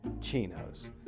chinos